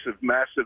massive